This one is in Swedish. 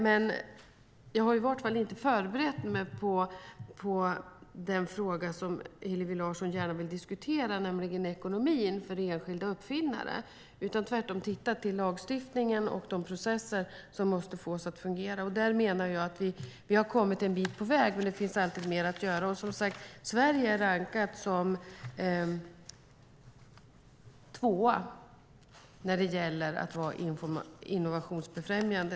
Men jag har i vart fall inte förberett mig på den fråga som Hillevi Larsson gärna vill diskutera, nämligen ekonomin för enskilda uppfinnare, utan jag har tvärtom tittat på lagstiftningen och de processer som måste fås att fungera. Där menar jag att vi har kommit en bit på väg, men det finns alltid mer att göra. Sverige är rankat som tvåa när det gäller att vara innovationsbefrämjande.